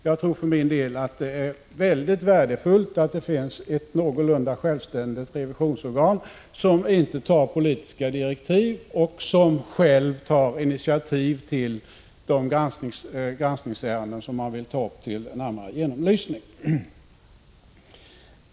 Jag tror för min del att det är mycket värdefullt att det finns ett någorlunda självständigt revisionsorgan, som inte tar politiska direktiv och som själv tar initiativ till de granskningsärenden som man vill ta upp till allmän genomlysning.